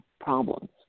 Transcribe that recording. problems